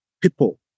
people